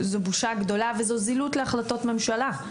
זו בושה גדולה, וזו זילות להחלטות ממשלה.